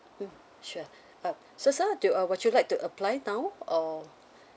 mm sure uh so sir do you uh would you like to apply now or